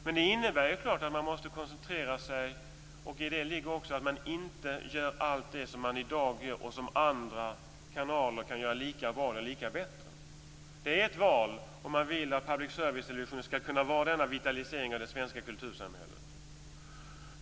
Men det innebär att man måste koncentrera sig och inte göra allt det man gör i dag och som andra kanaler kan göra lika bra eller bättre. Man måste välja om man vill att public servicetelevisionen skall kunna vara en sådan vitalisering av det svenska kultursamhället.